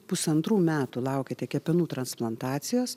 pusantrų metų laukiate kepenų transplantacijos